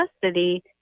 custody